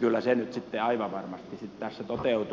kyllä se nyt sitten aivan varmasti tässä toteutuu